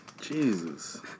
Jesus